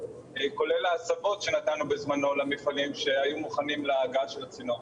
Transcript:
כולל ההסבות שנתנו בזמנו למפעלים שהיו מוכנים להגעה של הצינור,